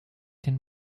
denn